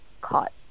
caught